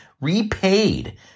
repaid